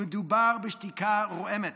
מדובר בשתיקה רועמת.